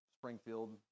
Springfield